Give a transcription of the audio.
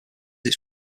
its